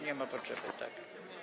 Nie ma potrzeby, tak?